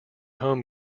home